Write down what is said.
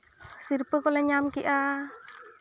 ᱥᱤᱨᱯᱟᱹ ᱠᱚᱞᱮ ᱧᱟᱢ ᱠᱮᱜᱼᱟ